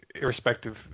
irrespective